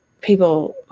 people